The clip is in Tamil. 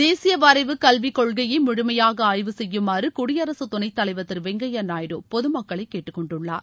தேசிய வரைவு கல்வி கொள்கையை முழுமையாக ஆய்வு செய்யுமாறு குடியரசுத் துணைத்தலைவா் திரு வெங்கையா நாயுடு பொதுமக்களை கேட்டுக்கொண்டுள்ளார்